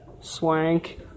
Swank